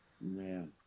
Man